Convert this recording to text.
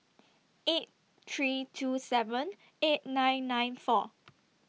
eight three two seven eight nine nine four